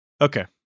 Okay